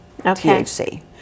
thc